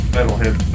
Metalhead